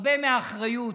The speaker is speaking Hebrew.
הרבה מהאחריות,